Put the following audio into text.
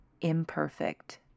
imperfect